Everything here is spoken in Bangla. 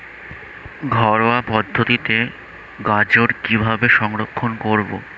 ঘরোয়া পদ্ধতিতে গাজর কিভাবে সংরক্ষণ করা?